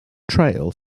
trail